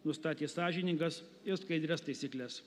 nustatė sąžiningas ir skaidrias taisykles